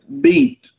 beat